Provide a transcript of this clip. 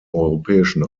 europäischen